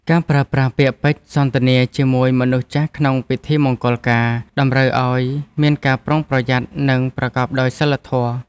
ការប្រើប្រាស់ពាក្យពេចន៍សន្ទនាជាមួយមនុស្សចាស់ក្នុងពិធីមង្គលការ តម្រូវឱ្យមានការប្រុងប្រយ័ត្ន និងប្រកបដោយសីលធម៌។